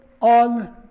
on